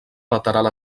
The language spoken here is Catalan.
lateral